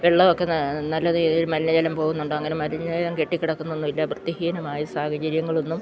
വെള്ളമൊക്കെ നല്ല രീതിയിൽ മലിനജലം പോകുന്നുണ്ട് അങ്ങനെ മലിനജലം കെട്ടി കിടക്കുന്നൊന്നുമില്ല വൃത്തിഹീനമായ സാഹചര്യങ്ങളൊന്നും